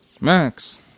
Max